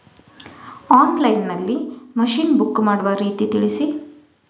Online ನಲ್ಲಿ machine book ಮಾಡುವ ರೀತಿ ತಿಳಿಸಿ?